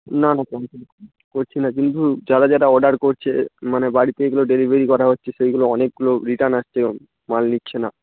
না না ক্যানসেল করছি না কিন্তু যারা যারা অর্ডার করছে মানে বাড়িতে যেগুলো ডেলিভারি করা হচ্ছে সেইগুলো অনেকগুলো রিটার্ন আসছে মাল নিচ্ছে না